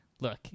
look